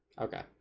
okay